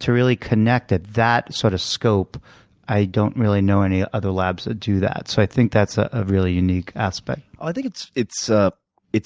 to really connect at that sort of scope i don't really know any other labs that do that. so i think that's a ah really unique aspect. i think it's it's ah